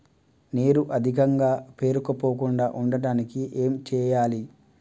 నీరు అధికంగా పేరుకుపోకుండా ఉండటానికి ఏం చేయాలి?